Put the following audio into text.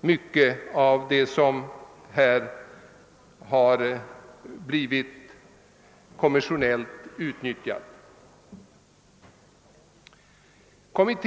snusket och på det sättet uppfostrar vårt folk att reagera mot det.